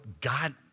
God